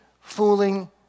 fooling